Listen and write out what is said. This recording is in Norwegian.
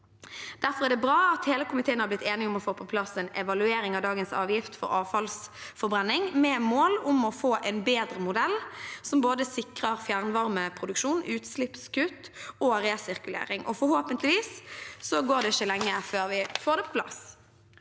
Derfor er det bra at hele komiteen har blitt enige om å få på plass en evaluering av dagens avgift for avfallsforbrenning med mål om å få en bedre modell, som sikrer både fjernvarmeproduksjon, utslippskutt og resirkulering. Forhåpentligvis går det ikke lenge før vi får det på plass.